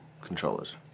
controllers